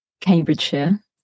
Cambridgeshire